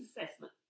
assessment